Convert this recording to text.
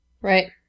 Right